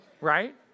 right